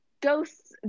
ghosts